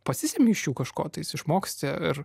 pasisemi iš jų kažko tais išmoksti ir